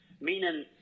meaning